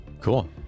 Cool